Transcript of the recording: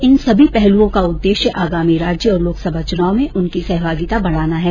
इन सभी पहलूओं का उद्देश्य आगामी राज्य और लोकसभा चुनाव में उनकी सहभागिता बढ़ाना है